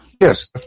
Yes